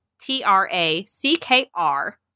t-r-a-c-k-r